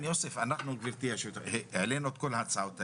יוסף, העלינו את כל ההצעות האלה.